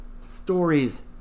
stories